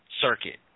circuit